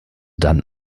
dann